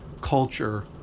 culture